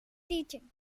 teaching